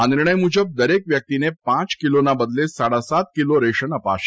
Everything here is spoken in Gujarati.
આ નિર્ણય મુજબ દરેક વ્યક્તિને પાંચ કિલોના બદલે સાડા સાત કિલો રેશન અપાશે